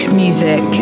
music